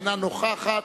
אינה נוכחת,